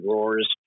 Roars